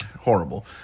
horrible